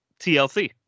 TLC